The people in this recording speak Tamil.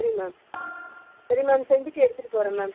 சரி மேம் சரி மேம் செஞ்சுவிட்டு எடுத்துகிட்டு போகறேன் மேம்